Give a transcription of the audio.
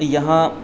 یہاں